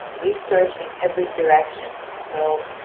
ah research in every direction so,